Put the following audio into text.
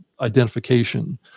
identification